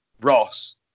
Ross